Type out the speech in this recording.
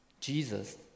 Jesus